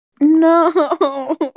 no